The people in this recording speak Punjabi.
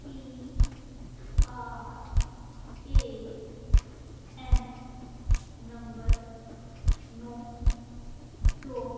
P R A N number ਨੌਂ ਦੋ